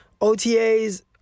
OTAs